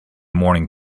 morning